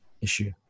issue